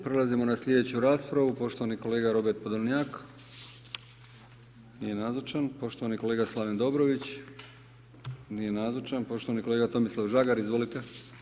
Prelazimo na sljedeću raspravu, poštovani kolega Robert Podolnjak, nije nazočan, poštovani kolega Slaven Dobrović, nije nazočan, poštovani kolega Tomislav Žagar, izvolite.